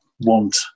want